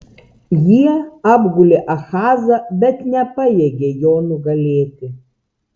jie apgulė ahazą bet nepajėgė jo nugalėti